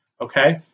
Okay